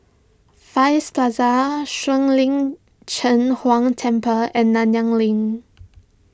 Far East Plaza Shuang Lin Cheng Huang Temple and Nanyang Link